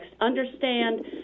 understand